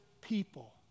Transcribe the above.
people